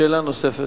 שאלה נוספת.